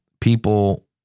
people